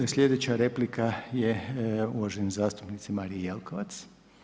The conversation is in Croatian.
Sljedeća replika je uvaženi zastupnice Marije Jelkovac.